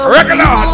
Regular